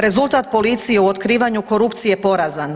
Rezultat policije u otkrivanju korupcije je porazan.